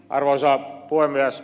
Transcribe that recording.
arvoisa puhemies